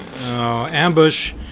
ambush